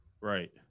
Right